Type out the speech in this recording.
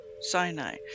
Sinai